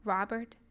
Robert